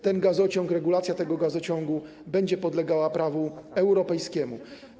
Ten gazociąg, regulacja tego gazociągu będzie podlegała prawu europejskiemu.